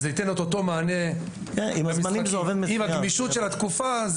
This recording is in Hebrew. זה ייתן את אותו מענה להצעה עם הגמישות של התקופה.